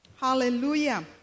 Hallelujah